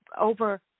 over